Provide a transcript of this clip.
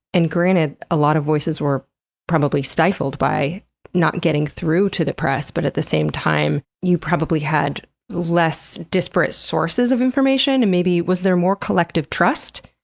and granted, a lot of voices were probably stifled by not getting through to the press, but at the same time, you probably had less disparate sources of information and maybe was there more collective trust?